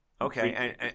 Okay